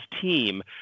team